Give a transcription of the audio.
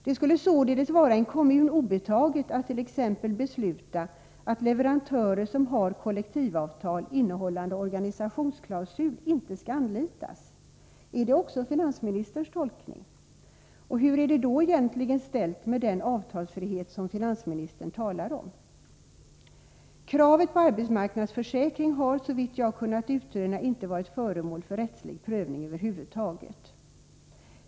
Det skulle således vara en kommun obetaget att t.ex. besluta att leverantörer som har kollektivavtal innehållande organisationsklausul inte skall anlitas. Är det också finansministerns tolkning? Och hur är det då egentligen ställt med den avtalsfrihet som finansministern talar om? Kravet på arbetsmarknadsförsäkring har, såvitt jag har kunnat utröna, inte varit föremål för rättslig prövning över huvud taget.